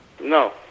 No